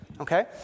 okay